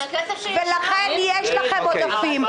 לכן יש לכם עודפים.